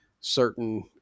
certain